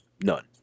none